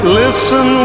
listen